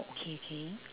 okay okay